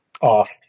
off